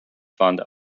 fund